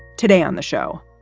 today on the show,